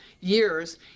years